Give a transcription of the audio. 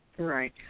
Right